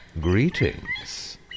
Greetings